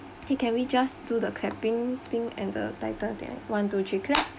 okay can we just do the clapping thing and the title thing right one two three clap